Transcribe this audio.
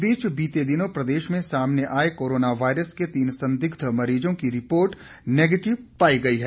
इस बीच बीते दिनों प्रदेश में सामने आए कोरोना वायरस के तीन संदिग्ध मरीजों की रिपोर्ट नेगेटिव पाई गई है